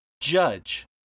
judge